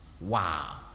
Wow